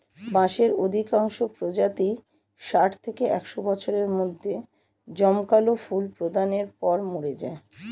বাঁশের অধিকাংশ প্রজাতিই ষাট থেকে একশ বছরের মধ্যে জমকালো ফুল প্রদানের পর মরে যায়